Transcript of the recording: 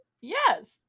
Yes